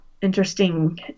interesting